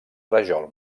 rajol